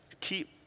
keep